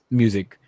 music